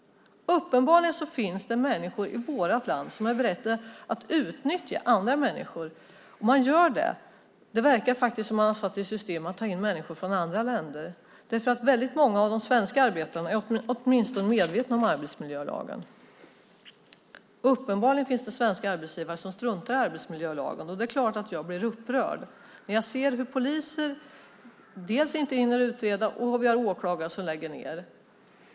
Uppenbarligen finns det människor i vårt land som är beredda att utnyttja andra människor, och det verkar faktiskt som om man har satt i system att ta in människor från andra länder. Många av de svenska arbetarna är åtminstone medvetna om arbetsmiljölagen. Uppenbarligen finns det svenska arbetsgivare som struntar i arbetsmiljölagen, och det är klart att jag blir upprörd när jag ser hur poliser dels inte hinner utreda, dels att vi har åklagare som lägger ned.